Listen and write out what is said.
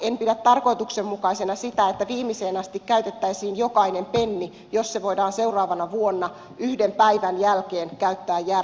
en pidä tarkoituksenmukaisena sitä että viimeiseen asti käytettäisiin jokainen penni jos se voidaan seuraavana vuonna yhden päivän jälkeen käyttää järkevämmin